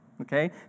Okay